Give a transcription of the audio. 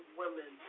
women